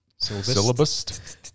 Syllabus